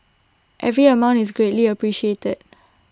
every amount is greatly appreciated